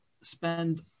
spend